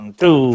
two